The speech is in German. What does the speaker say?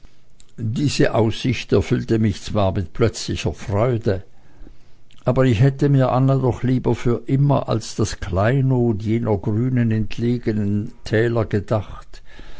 diese aussicht erfüllte mich zwar mit plötzlicher freude aber ich hätte mir anna doch lieber für immer als das kleinod jener grünen entlegenen täler gedacht